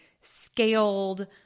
scaled